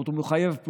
זאת אומרת,